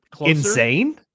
insane